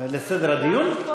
לסדר הדיון?